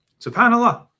SubhanAllah